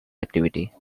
activity